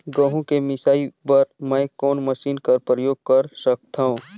गहूं के मिसाई बर मै कोन मशीन कर प्रयोग कर सकधव?